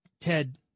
Ted